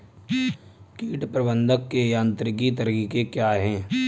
कीट प्रबंधक के यांत्रिक तरीके क्या हैं?